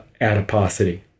adiposity